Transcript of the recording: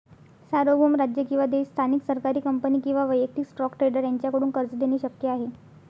सार्वभौम राज्य किंवा देश स्थानिक सरकारी कंपनी किंवा वैयक्तिक स्टॉक ट्रेडर यांच्याकडून कर्ज देणे शक्य आहे